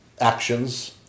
actions